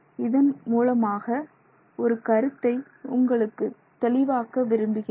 இதன் மூலமாக ஒரு கருத்தை உங்களுக்குத் தெளிவாக்க விரும்புகிறேன்